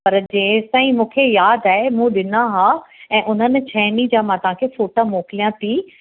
त जेसिताईं मूंखे यादि आहे मूं ॾिना हुआ ऐं उन्हनि छहनि ई जा मां तव्हांखे फ़ोटा मोकिलियां थी